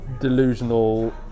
delusional